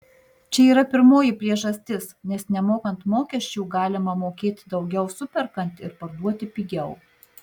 čia yra pirmoji priežastis nes nemokant mokesčių galima mokėt daugiau superkant ir parduoti pigiau